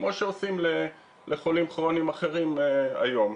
כמו שעושים לחולים כרוניים אחרים היום.